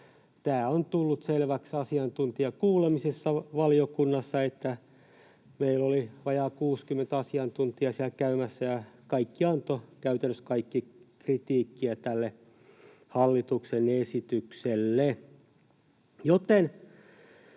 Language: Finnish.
Tämä on tullut selväksi asiantuntijakuulemisissa valiokunnassa. Meillä oli vajaa 60 asiantuntijaa siellä käymässä, ja käytännössä kaikki antoivat kritiikkiä tälle hallituksen esitykselle.